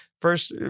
First